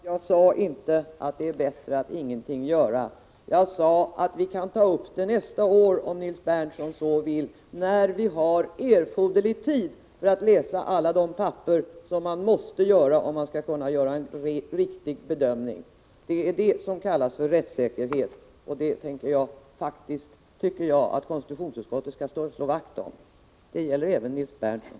Herr talman! Jag måste påminna om att jag inte sade att det är bättre att ingenting göra. Jag sade att vi kan ta upp detta nästa år om Nils Berndtson så vill, när vi har erforderlig tid för att läsa alla de papper som man måste läsa om man skall kunna göra en riktig bedömning. Det är detta som kallas för rättssäkerhet, och det tycker jag faktiskt att konstitutionsutskottet skall slå vakt om. Det gäller även Nils Berndtson.